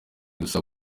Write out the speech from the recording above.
gusa